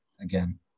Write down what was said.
again